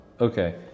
Okay